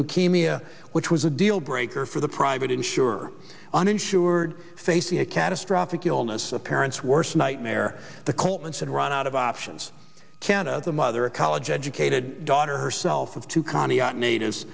leukemia which was a deal breaker for the private insurer uninsured facing a catastrophic illness a parent's worst nightmare the coleman said run out of options canada the mother a college educated daughter herself with two conny natives